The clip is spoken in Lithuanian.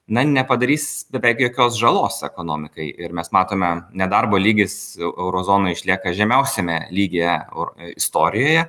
na nepadarys beveik jokios žalos ekonomikai ir mes matome nedarbo lygis euro zonoj išlieka žemiausiame lygyje o istorijoje